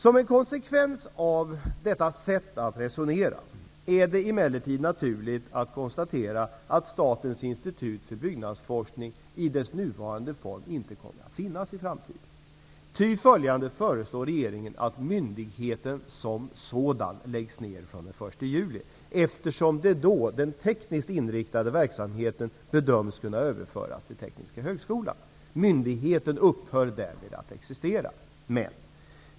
Som en konsekvens av detta sätt att resonera är det emellertid naturligt att konstatera att Statens institut för byggnadsforskning i dess nuvarande form inte kommer att finnas i framtiden. Ty följande föreslår regeringen att myndigheten som sådan läggs ned från den 1 juli, eftersom den tekniskt inriktade verksamheten då bedöms kunna överföras till Tekniska högskolan. Myndigheten upphör därmed att existera.